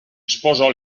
sposò